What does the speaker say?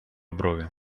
брови